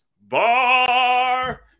Bar